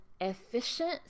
efficient